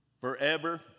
forever